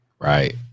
right